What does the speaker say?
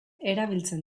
erabiltzen